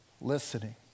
listening